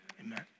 Amen